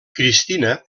cristina